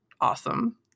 awesome